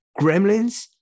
gremlins